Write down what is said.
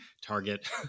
Target